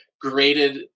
graded